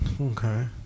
Okay